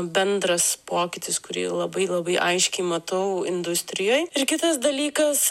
bendras pokytis kurį labai labai aiškiai matau industrijoj ir kitas dalykas